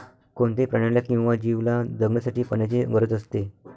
कोणत्याही प्राण्याला किंवा जीवला जगण्यासाठी पाण्याची गरज असते